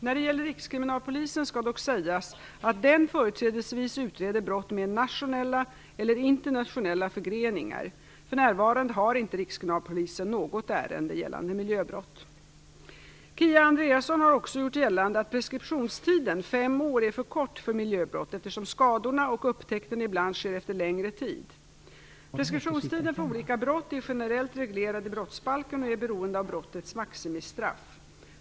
När det gäller Rikskriminalpolisen skall dock sägas att denna företrädesvis utreder brott med nationella eller internationella förgreningar. För närvarande har inte Rikskriminalpolisen något ärende gällande miljöbrott. Kia Andreasson har också gjort gällande att preskriptionstiden fem år är för kort för miljöbrott eftersom skadorna och upptäckten ibland sker efter längre tid. Preskriptionstiden för olika brott är generellt reglerad i brottsbalken och är beroende av brottets maximistraff.